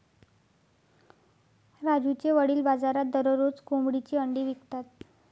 राजूचे वडील बाजारात दररोज कोंबडीची अंडी विकतात